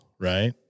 right